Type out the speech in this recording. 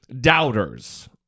doubters